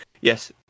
yes